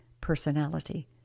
personality